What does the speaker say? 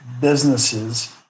businesses